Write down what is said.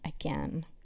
again